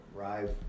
arrive